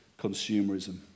consumerism